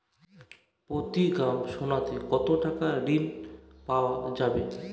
প্রতি গ্রাম সোনাতে কত টাকা ঋণ পাওয়া যাবে?